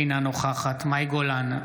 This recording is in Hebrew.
אינה נוכחת מאי גולן,